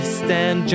stand